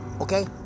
Okay